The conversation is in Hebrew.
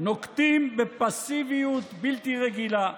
נוקטים פסיביות בלתי רגילה.